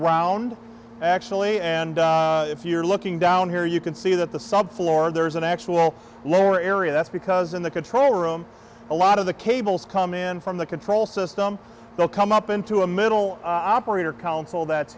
round actually and if you're looking down here you can see that the sub floor there's an actual little area that's because in the control room a lot of the cables come in from the control system they'll come up into a middle operator council that's